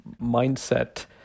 mindset